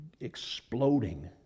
exploding